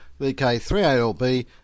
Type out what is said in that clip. VK3ALB